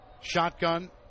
Shotgun